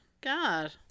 God